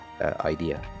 idea